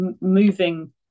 moving